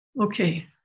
Okay